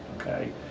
okay